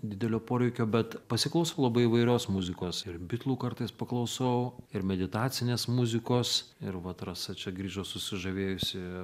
didelio poreikio bet pasiklausau labai įvairios muzikos ir bitlų kartais paklausau ir meditacinės muzikos ir vat rasa čia grįžo susižavėjusi